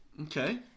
Okay